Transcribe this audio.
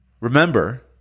Remember